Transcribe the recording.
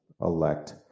elect